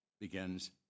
begins